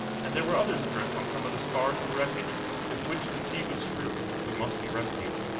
and there were others adrift on some of the spars and wreckage with which the sea was strewn, who must be rescued.